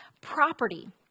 property